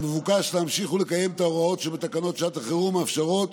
שבה מבוקש להמשיך ולקיים את ההוראות שבתקנות שעת החירום המאפשרות